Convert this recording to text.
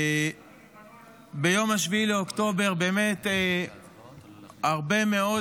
ביום 7 באוקטובר, באמת, הרבה מאוד